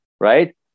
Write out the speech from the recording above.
right